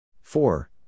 Four